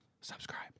subscribe